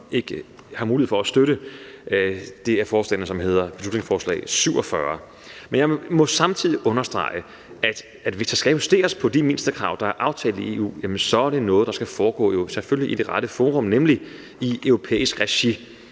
ikke mulighed for at støtte det af forslagene, som er beslutningsforslag nr. B 47. Men jeg må samtidig understrege, at hvis der skal justeres på de mindstekrav, der er aftalt i EU, så er det selvfølgelig noget, der skal foregå i det rette forum, nemlig i europæisk regi.